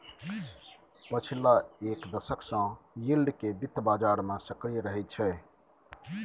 पछिला एक दशक सँ यील्ड केँ बित्त बजार मे सक्रिय रहैत छै